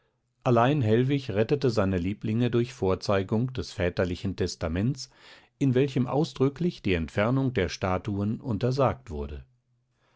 allein hellwig rettete seine lieblinge durch vorzeigung des väterlichen testaments in welchem ausdrücklich die entfernung der statuen untersagt wurde